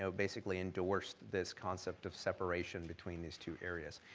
so basically endorsed this concept of separation between these two areas.